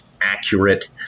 accurate